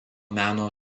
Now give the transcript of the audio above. meno